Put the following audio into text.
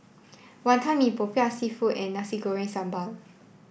Wantan Mee Popiah Seafood and Nasi Goreng Sambal